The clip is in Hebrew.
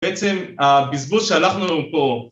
‫בעצם הבזבוז שהלכנו פה...